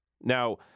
Now